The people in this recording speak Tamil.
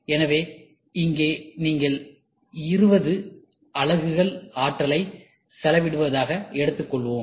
எனவே இங்கே நீங்கள் 20 அழகுகள் ஆற்றலை செலவிடுவதாக எடுத்துக்கொள்வோம்